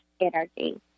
energy